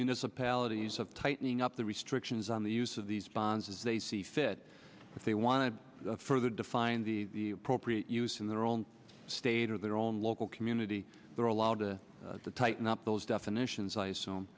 municipalities of tightening up the restrictions on the use of these bonds as they see fit if they want to further define the appropriate use in their own state or their own local community they're allowed to tighten up those definitions i assume